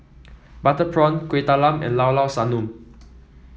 Butter Prawn Kuih Talam and Llao Llao Sanum